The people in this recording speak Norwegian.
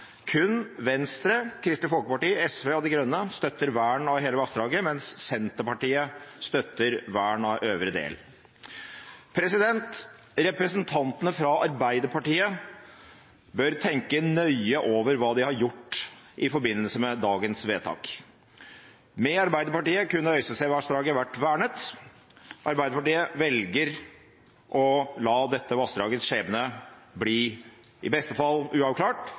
Kun Venstre, Kristelig Folkeparti, SV og Miljøpartiet De Grønne støtter vern av hele vassdraget, mens Senterpartiet støtter vern av øvre del. Representantene fra Arbeiderpartiet bør tenke nøye over hva de har gjort i forbindelse med dagens vedtak. Med Arbeiderpartiet kunne Øystesevassdraget vært vernet. Arbeiderpartiet velger å la dette vassdragets skjebne i beste fall forbli uavklart,